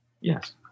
yes